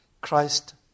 Christ